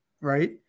right